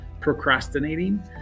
procrastinating